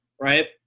right